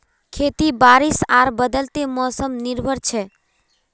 खेती बारिश आर बदलते मोसमोत निर्भर छे